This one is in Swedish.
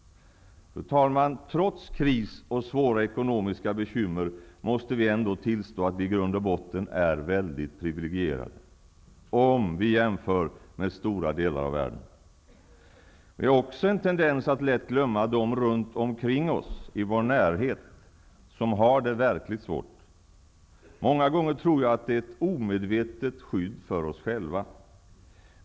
Fru talman! Trots kris och svåra ekonomiska bekymmer, måste vi tillstå att vi i grund och botten är väldigt privilegierade, om vi jämför med stora delar av världen. Vi har också en tendens att lätt glömma dem runt omkring oss, i vår närhet, som har det verkligt svårt. Många gånger tror jag att det är ett omedvetet skydd för oss själva.